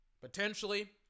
Potentially